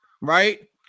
right